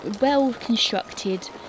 well-constructed